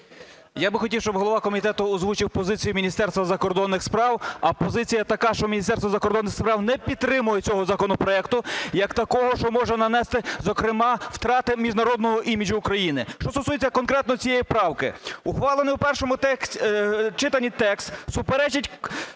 Я би хотів, щоб голова комітету озвучив позицію Міністерства закордонних справ. А позиція така, що Міністерство закордонних справ не підтримує цього законопроекту як такого, що може нанести, зокрема, втрати міжнародному іміджу України. Що стосується конкретно цієї правки. Ухвалений в першому читанні текст суперечить